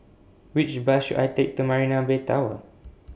Which Bus should I Take to Marina Bay Tower